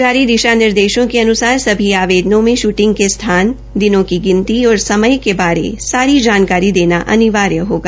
जारी दिशा निर्देशों के अन्सार सभी आवेदनों में शूटिंग के स्थान दिनो की गिनती और समय के बारे सारी जानकारी अनिवार्य होगा